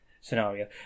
scenario